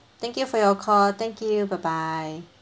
thank you for your call thank you bye bye